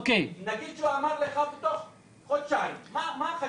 נגיד שהוא אמר לך תוך חודשיים מה החשיבות?